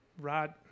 Rod